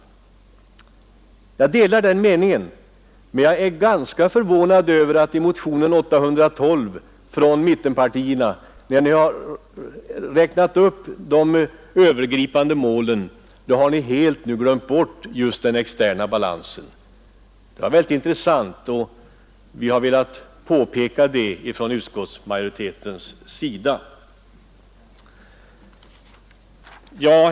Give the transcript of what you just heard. Jag delar alltså den meningen, men jag är ganska förvånad över att ni i motionen 812 från mittenpartierna, där ni har räknat upp de övergripande målen, har helt glömt bort just den externa balansen. Det var mycket intressant, och vi har velat påpeka det från utskottsmajoritetens sida.